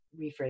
rephrase